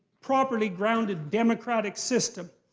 properly-grounded democratic system,